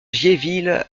giéville